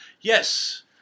Yes